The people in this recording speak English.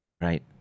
Right